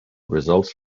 results